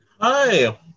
Hi